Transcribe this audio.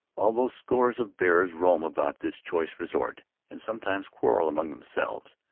although scores of bears roam about this choice resort, and sometimes quarrel among themselves,